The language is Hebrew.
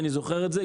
אני זוכר את זה,